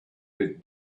bit